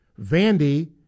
Vandy